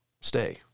stay